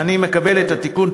אני מקבל את התיקון.